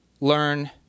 learn